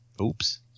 Oops